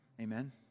Amen